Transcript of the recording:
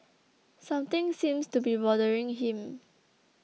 something seems to be bothering him